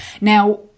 Now